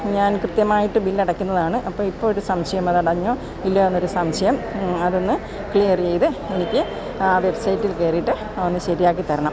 ഞാൻ കൃത്യമായിട്ട് ബില്ലടയ്ക്കുന്നതാണ് അപ്പോള് ഇപ്പ ഒരു സംശയം അതടഞ്ഞോ ഇല്ലയോന്നൊരു സംശയം അതൊന്ന് ക്ലിയറെയ്ത് എനിക്ക് ആ വെബ്സൈറ്റിൽ കയറിയിട്ട് ഒന്ന് ശരിയാക്കിത്തരണം